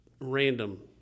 random